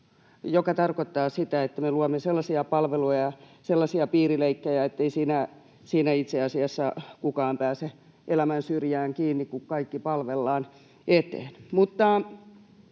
mikä tarkoittaa sitä, että me luomme sellaisia palveluja ja sellaisia piirileikkejä, ettei siinä itse asiassa kukaan pääse elämän syrjään kiinni, kun kaikki palvellaan eteen.